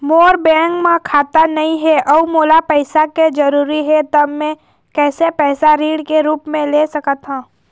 मोर bank म खाता नई हे अउ मोला पैसा के जरूरी हे त मे कैसे पैसा ऋण के रूप म ले सकत हो?